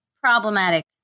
problematic